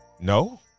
No